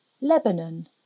Lebanon